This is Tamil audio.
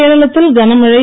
கேரளத்தில் கனமழை